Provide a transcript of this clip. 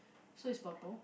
so is purple